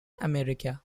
america